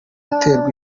guterwa